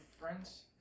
Friends